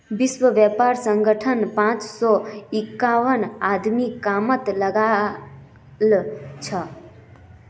विश्व व्यापार संगठनत पांच सौ इक्यावन आदमी कामत लागल छ